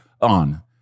on